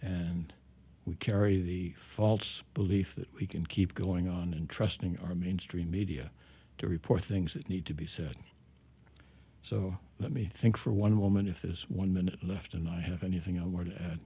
and we carry the false belief that we can keep going on and trusting our mainstream media to report things that need to be said so let me think for one moment if there's one minute left and i have anything